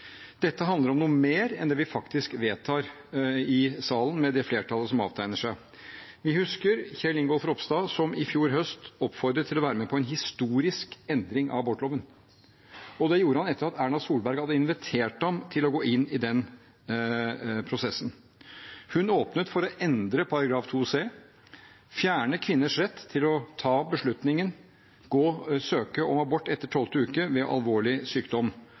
Dette handler om noe mer enn det vi faktisk vedtar i salen, med det flertallet som avtegner seg. Vi husker Kjell Ingolf Ropstad som i fjor høst oppfordret til å være med på en historisk endring av abortloven, og det gjorde han etter at Erna Solberg hadde invitert ham til å gå inn i den prosessen. Hun åpnet for å endre § 2 c og fjerne kvinners rett til å ta beslutningen om å søke om abort etter 12. uke ved alvorlig sykdom.